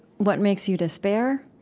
what makes you despair,